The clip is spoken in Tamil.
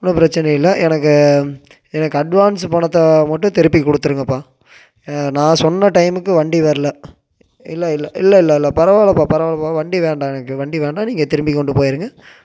ஒன்றும் பிரச்சனை இல்லை எனக்கு எனக்கு அட்வான்ஸு பணத்தை மட்டும் திருப்பி கொடுத்துருங்கப்பா நான் சொன்ன டைமுக்கு வண்டி வரல இல்லை இல்லை இல்லை இல்லை இல்லை பரவாயில்லைப்பா பரவாயில்லைப்பா வண்டி வேண்டாம் எனக்கு வண்டி வேண்டாம் நீங்கள் திரும்பி கொண்டு போயிருங்கள்